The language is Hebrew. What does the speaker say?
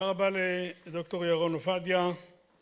‫תודה רבה לדוקטור ירון עובדיה.